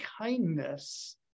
kindness